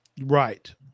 Right